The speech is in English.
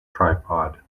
tripod